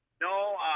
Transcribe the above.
No